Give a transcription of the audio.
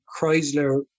Chrysler